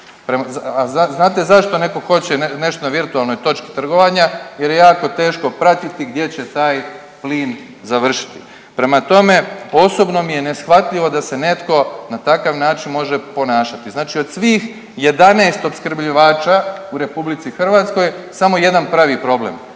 A znate zašto netko hoće nešto na virtualnoj točki trgovanja? Jer je jako teško pratiti gdje će taj plin završiti. Prema tome, osobno mi je neshvatljivo da se netko na takav način može ponašati. Znači od svih 11 opskrbljivača u Republici Hrvatskoj samo jedan pravi problem.